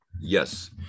yes